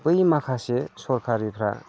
बै माखासे सोरखारिफ्रा